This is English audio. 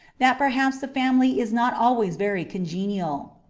that perhaps the family is not always very congenial.